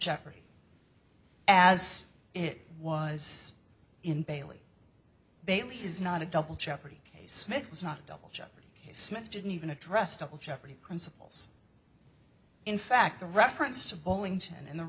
jeopardy as it was in bailey bailey is not a double jeopardy case smith was not double jeopardy smith didn't even address double jeopardy principles in fact the reference to bowling to and the